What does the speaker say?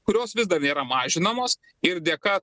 kurios vis dar nėra mažinamos ir dėka